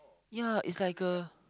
ya is like a